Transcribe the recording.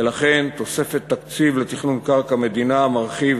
ולכן תוספת תקציב לתכנון קרקע מדינה מרחיבה